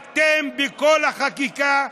אתם, בכל החקיקה,